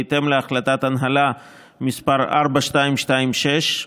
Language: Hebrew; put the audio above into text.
בהתאם להחלטת הנהלה מס' 4226,